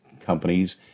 companies